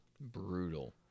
Brutal